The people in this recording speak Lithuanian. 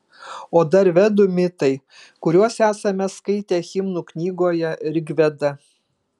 o dar vedų mitai kuriuos esame skaitę himnų knygoje rigveda